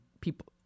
People